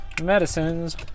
Medicines